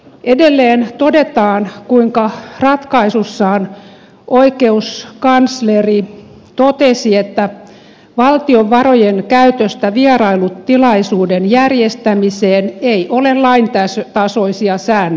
edelleen todetaan kuinka ratkaisussaan oikeuskansleri totesi että valtion varojen käytöstä vierailutilaisuuden järjestämiseen ei ole laintasoisia säännöksiä